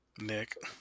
Nick